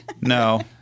no